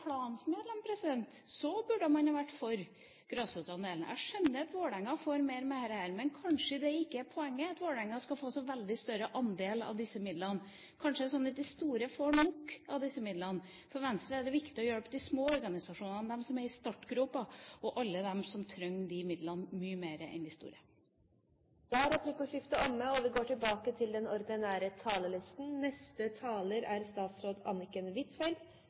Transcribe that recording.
burde man jo være for grasrotandelen. Jeg skjønner at Vålerenga får mer gjennom dette, men kanskje ikke poenget er at Vålerenga skal få så veldig mye større andel av disse midlene. Kanskje er det sånn at de store får nok av disse midlene. For Venstre er det viktig å hjelpe de små organisasjonene – de som er i startgropa – og alle dem som trenger midlene mye mer enn de store. Replikkordskiftet er omme. I 2005 gikk de rød-grønne partiene til